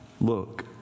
Look